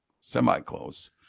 semi-close